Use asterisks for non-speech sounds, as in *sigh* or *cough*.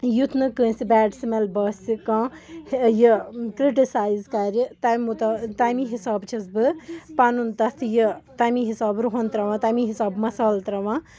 یُتھ نہٕ کٲنٛسہِ بیڈ سٕمٮ۪ل باسہِ کانٛہہ یہِ کِرٛٹِسایِز کَرِ تَمہِ *unintelligible* تَمہِ حِساب چھَس بہٕ پَنُن تَتھ یہِ تَمی حِساب رُہَن ترٛاوان تَمی حِساب مَصالہٕ ترٛاوان